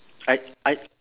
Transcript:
I I